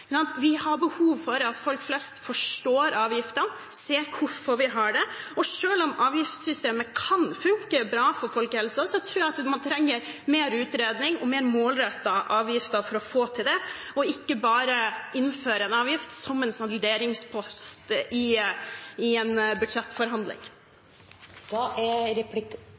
legitimitet. Vi har behov for at folk flest forstår avgiftene, ser hvorfor vi har dem. Selv om avgiftssystemet kan funke bra for folkehelsen, tror jeg at man trenger mer utredning og mer målrettede avgifter for å få det til, og ikke bare innfører en avgift som salderingspost i en budsjettforhandling. Replikkordskiftet er